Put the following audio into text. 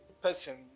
person